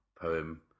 poem